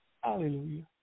Hallelujah